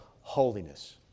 holiness